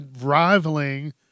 rivaling